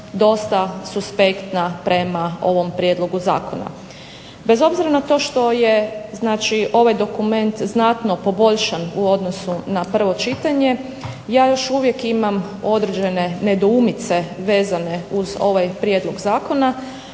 dosta suspektna prema ovom prijedlogu zakona. Bez obzira na to što je, znači ovaj dokument znatno poboljšan u odnosu na prvo čitanje ja još uvijek imam određene nedoumice vezane uz ovaj prijedlog zakona